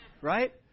Right